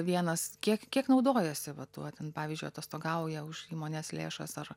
vienas kiek kiek naudojasi va tuo ten pavyzdžiui atostogauja už įmonės lėšas ar